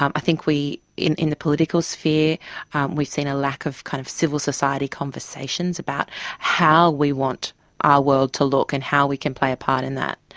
um i think in in the political sphere we've seen a lack of kind of civil society conversations about how we want our world to look and how we can play a part in that.